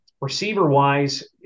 receiver-wise